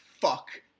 fuck